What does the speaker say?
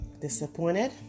disappointed